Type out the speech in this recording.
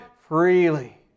freely